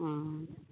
ओ